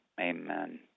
Amen